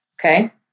Okay